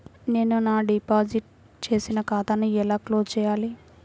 నేను నా డిపాజిట్ చేసిన ఖాతాను ఎలా క్లోజ్ చేయాలి?